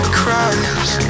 cries